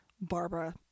Barbara